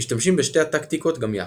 משתמשים בשתי הטקטיקות גם יחד.